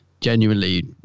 genuinely